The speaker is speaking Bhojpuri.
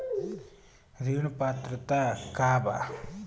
ऋण पात्रता का बा?